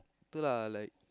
betul lah like